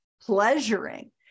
pleasuring